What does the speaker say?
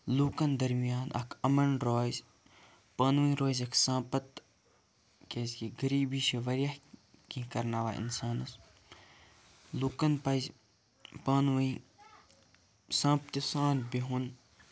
لُکَن دَرمِیان اَکھ اَمَن روزِ پانہٕ ؤنۍ روزیٚکھ ساںپتھ کیازکہِ غٔریٖبی چھِ وارِیاہ کینٛہہ کَرناوَن اِنسانَس لُکَن پَزِ پانہٕ وٲنۍ سانٛپتہِ سان بِہُن